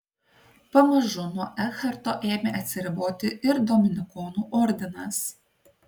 pamažu nuo ekharto ėmė atsiriboti ir dominikonų ordinas